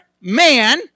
man